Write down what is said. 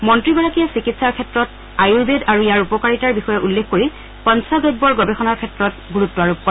মন্ত্ৰীগৰাকীয়ে চিকিৎসাৰ ক্ষেত্ৰত আয়ূৰ্বেদ আৰু ইয়াৰ উপকাৰিতাৰ বিষয়ে উল্লেখ কৰি পঞ্চগব্যৰ গৱেষণাৰ ক্ষেত্ৰত গুৰুত্ব আৰোপ কৰে